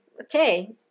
okay